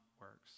works